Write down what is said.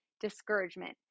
discouragement